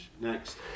next